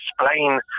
explain